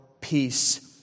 peace